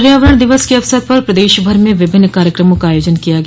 पर्यावरण दिवस के अवसर पर प्रदेश भर में विभिन्न कार्यक्रमों का आयोजन किया गया